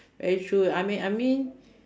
very true I mean I mean